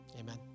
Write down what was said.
Amen